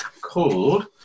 called